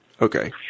Okay